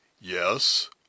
Yes